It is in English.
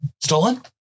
stolen